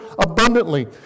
abundantly